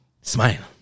smile